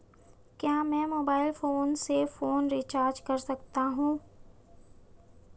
क्या मैं mobile phone से फोन रिचार्ज कर सकता हूं?